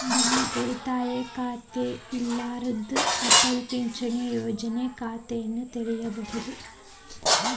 Bank ಉಳಿತಾಯ ಖಾತೆ ಇರ್ಲಾರ್ದ ಅಟಲ್ ಪಿಂಚಣಿ ಯೋಜನೆ ಖಾತೆಯನ್ನು ತೆಗಿಬಹುದೇನು?